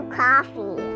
coffee